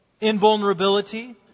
invulnerability